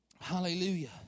Hallelujah